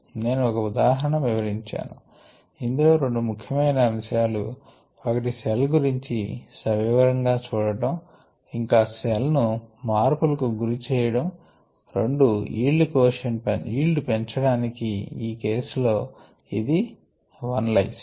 నేను ఒక ఉదాహరణ వివరించాను ఇందులో రెండు ముఖ్యమైన అంశాలు ఒకటి సెల్ గురించి సవివరంగా చూడటం ఇంకా సెల్ ను మార్పులకు గురిచేయడం రెండూ ఈల్డ్ పెంచడానికి ఈ కేసు లో ఇది l లైసిన్